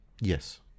Yes